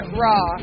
raw